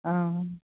অঁ